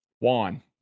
Juan